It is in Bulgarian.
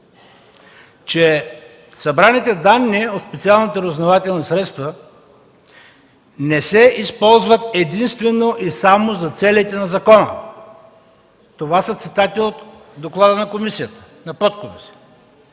„че събраните данни от специалните разузнавателни средства не се използват единствено и само за целите на закона” – това са цитати от доклада на подкомисията, „че се